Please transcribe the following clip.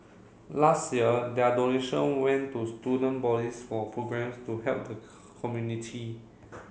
last year their donation went to student bodies for programmes to help the community